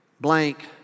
blank